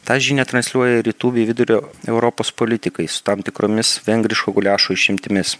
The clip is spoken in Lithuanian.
tą žinią transliuoja rytų bei vidurio europos politikai su tam tikromis vengriško guliašo išimtimis